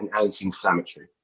anti-inflammatory